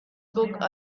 book